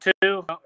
two